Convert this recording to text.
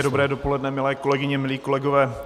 Hezké dobré dopoledne, milé kolegyně, milí kolegové.